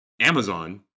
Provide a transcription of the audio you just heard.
Amazon